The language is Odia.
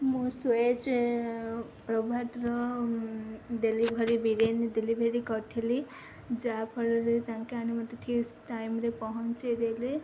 ମୁଁ ସ୍ଏଜ ରୋଭାର୍ଟର ଡେଲିଭରି ବିରିୟାନୀ ଡେଲିଭରି କରିଥିଲି ଯାହାଫଳରେ ତାଙ୍କେ ଆଣି ମୋତେ ଠିକ୍ ଟାଇମ୍ରେ ପହଁଞ୍ଚେଇ ଦେଲେ